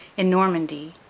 in normandy,